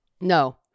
No